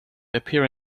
appear